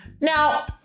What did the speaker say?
Now